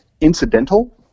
incidental